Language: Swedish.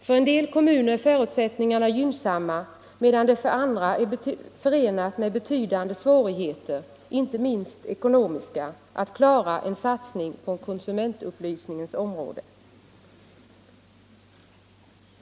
För en del kommuner är förutsättningarna gynnsamma, medan det för andra är förenat med betydande svårigheter, inte minst ekonomiska, att klara en satsning på konsumentupplysningens område.